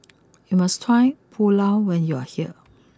you must try Pulao when you are here